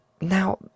Now